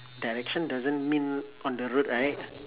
direction doesn't mean on the road right